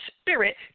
spirit